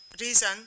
reason